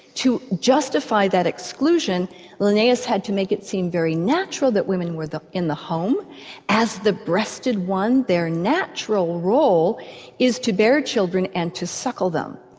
to justify that exclusion linnaeus had to make it seem very natural that women were in the home as the breasted one their natural role is to bear children and to suckle them.